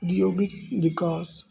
ਉਦਯੋਗਿਕ ਵਿਕਾਸ